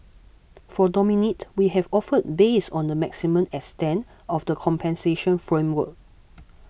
for Dominique we have offered based on the maximum extent of the compensation framework